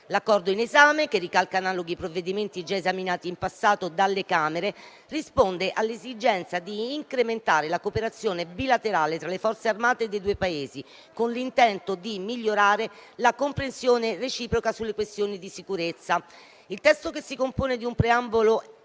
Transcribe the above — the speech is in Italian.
L'Accordo in esame, che ricalca analoghi provvedimenti già esaminati in passato dalle Camere, risponde all'esigenza di incrementare la cooperazione bilaterale tra le Forze armate dei due Paesi, con l'intento di migliorare la comprensione reciproca sulle questioni di sicurezza. Il testo, che si compone di un preambolo e